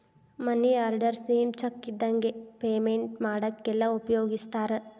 ಮನಿ order same cheque ಇದ್ದಂಗೆ payment ಮಾಡಾಕೆಲ್ಲ ಉಪಯೋಗಿಸ್ತಾರ